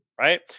right